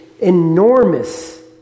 enormous